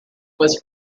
was